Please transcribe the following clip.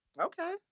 Okay